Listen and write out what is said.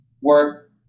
work